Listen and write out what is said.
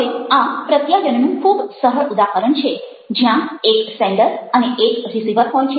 હવે આ પ્રત્યાયનનું ખૂબ સરળ ઉદાહરણ છે જ્યાં એક સેન્ડર અને એક રિસીવર હોય છે